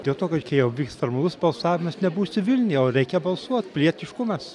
dėl to kad čia jau vyks normalus balsavimas nebūsiu vilniuje o reikia balsuot pilietiškumas